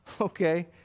Okay